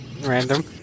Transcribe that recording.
Random